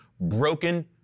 broken